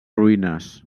ruïnes